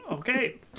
Okay